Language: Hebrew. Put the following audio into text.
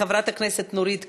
חברת הכנסת נורית קורן,